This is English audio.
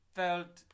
felt